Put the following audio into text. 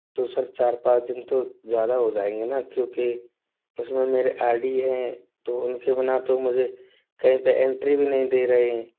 तो सर चार पाँच दिन तो ज़्यादा हो जाएंगे ना क्योंकि उसमें मेरे आई डी हैं तो उनके बिना तो मुझे कहीं पे एंट्री भी नहीं दे रहे हैं